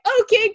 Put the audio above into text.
okay